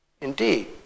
indeed